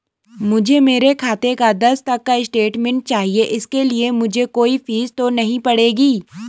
मुझे मेरे खाते का दस तक का स्टेटमेंट चाहिए इसके लिए मुझे कोई फीस तो नहीं पड़ेगी?